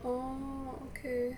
orh okay